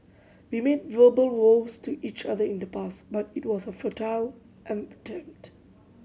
we made verbal vows to each other in the past but it was a futile